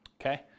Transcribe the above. Okay